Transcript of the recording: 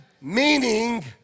meaning